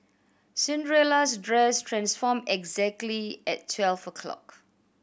Cinderella's dress transformed exactly at twelve o'clock